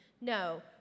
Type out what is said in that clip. No